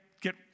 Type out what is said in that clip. get